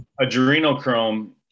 Adrenochrome